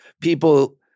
people